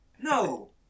No